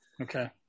okay